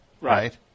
right